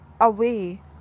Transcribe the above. away